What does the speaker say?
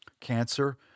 cancer